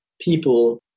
people